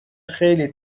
خیلی